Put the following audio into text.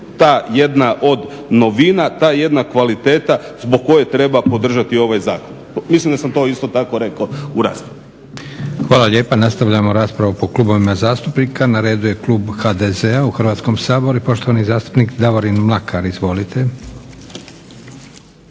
ta jedna od novina, ta jedna kvaliteta zbog koje treba podržati ovaj zakon. Mislim da sam to isto tako rekao u raspravi.